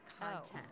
content